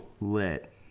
lit